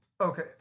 okay